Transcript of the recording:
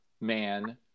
man